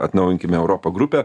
atnaujinkime europą grupę